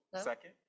second